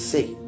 See